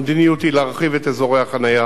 המדיניות היא להרחיב את אזורי החנייה